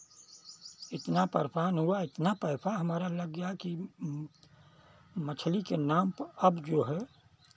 इतना परेशान हुआ इतना पैसा हमारा लग गया कि मछली के नाम पर अब जो है